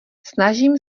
snažím